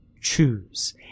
choose